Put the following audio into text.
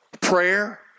Prayer